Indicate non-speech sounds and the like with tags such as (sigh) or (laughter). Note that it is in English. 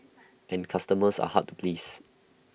(noise) and customers are hard to please